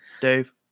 Dave